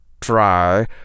try